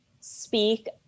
speak